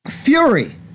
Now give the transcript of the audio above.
Fury